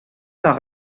par